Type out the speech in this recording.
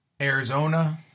Arizona